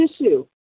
issue